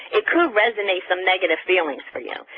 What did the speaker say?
it could resonate some negative feelings for you.